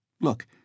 Look